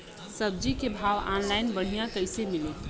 सब्जी के भाव ऑनलाइन बढ़ियां कइसे मिली?